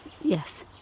Yes